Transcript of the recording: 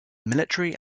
military